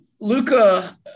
Luca